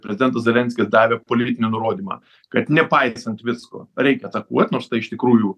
prezidentas zelenskis davė politinį nurodymą kad nepaisant visko reikia atakuot nors tai iš tikrųjų